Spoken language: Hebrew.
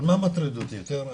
אבל מה מטריד אותי יותר?